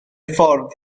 ffordd